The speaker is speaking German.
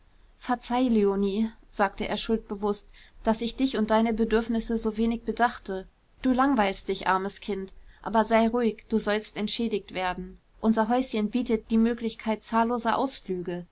verzeih leonie sagte er schuldbewußt daß ich dich und deine bedürfnisse so wenig bedachte du langweilst dich armes kind aber sei ruhig du sollst entschädigt werden unser häuschen bietet die möglichkeit zahlloser ausflüge